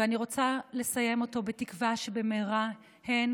ואני רוצה לסיים אותו בתקווה שבמהרה הן